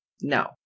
no